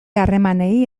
harremanei